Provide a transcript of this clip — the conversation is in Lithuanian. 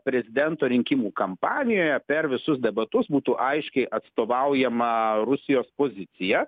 prezidento rinkimų kampanijoje per visus debatus būtų aiškiai atstovaujama rusijos pozicija